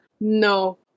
No